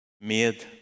Made